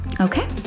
okay